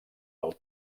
del